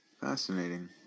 fascinating